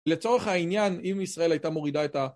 לצורך העניין אם ישראל הייתה מורידה את ה...